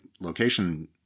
location